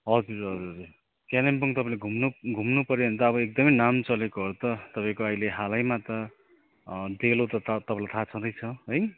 हजुर हजुर हजुर कालिम्पोङ तपाईँले घुम्नु घुम्नुपर्यो भने त अब एकदमै नाम चलेकोहरू त तपाईँको अहिले हालैमा त डेलो त थाहा तपाईँलाई थाहा छँदैछ है